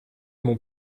mon